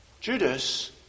Judas